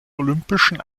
olympischen